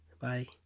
Bye